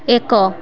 ଏକ